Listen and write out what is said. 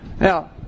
Now